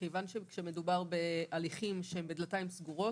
מכיוון שכשמדובר בהליכים שהם בדלתיים סגורות